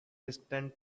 distant